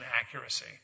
accuracy